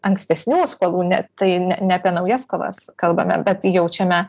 ankstesnių skolų ne tai ne apie naujas kovas kalbame bet jaučiame